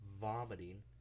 vomiting